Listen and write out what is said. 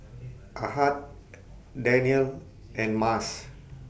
Ahad Danial and Mas